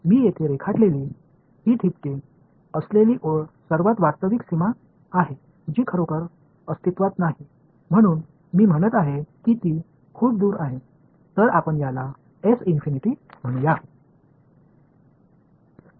मी येथे रेखाटलेली ही ठिपके असलेली ओळ सर्वात वास्तविक सीमा आहे जी खरोखर अस्तित्वात नाही म्हणून मी म्हणत आहे की ती खूप दूर आहे तर आपण याला म्हणूया